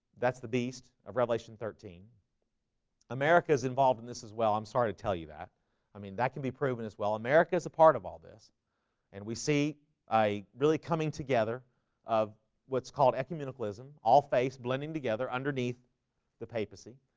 that's the beast of revelation thirteen america is involved in this as well. i'm sorry to tell you that i mean that can be proven as well america is a part of all this and we see i really coming together of what's called ecumenical ism all face blending together underneath the papacy.